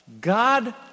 God